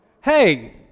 hey